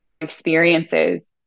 experiences